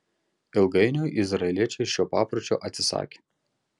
ilgainiui izraeliečiai šio papročio atsisakė